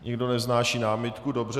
Nikdo nevznáší námitku, dobře.